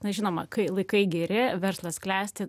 na žinoma kai laikai geri verslas klesti